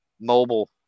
mobile